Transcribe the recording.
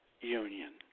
union